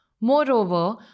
Moreover